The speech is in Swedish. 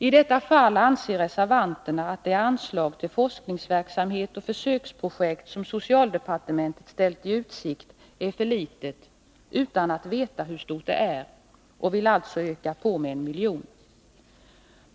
I detta fall anser reservanterna att det anslag till forskningsverksamhet och försöksprojekt som socialdepartementet ställt i utsikt är för litet, utan att veta hur stort det är, och vill alltså höja summan med 1 miljon.